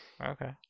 Okay